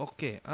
Okay